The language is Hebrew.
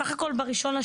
בסך הכל ב-1.12,